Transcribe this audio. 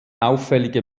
auffällige